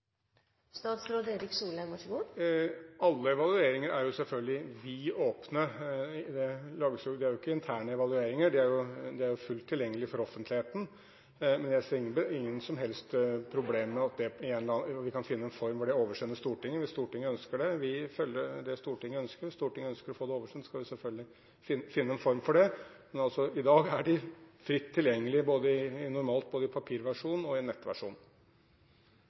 Alle evalueringer er selvfølgelig vid åpne. Dette er jo ikke interne evalueringer, de er fullt tilgjengelige for offentligheten. Men jeg ser ingen som helst problem med at vi kan finne en form for å oversende dette til Stortinget hvis Stortinget ønsker det. Vi følger det Stortinget ønsker. Så hvis Stortinget ønsker å få dette oversendt, skal vi selvfølgelig finne en form for det, men de er altså i dag fritt tilgjengelige, både i papirversjon og i nettversjon. Replikkordskiftet er dermed omme. Flere har ikke bedt om ordet til sak nr. 2. Som sagt reiste jeg den 17. januar i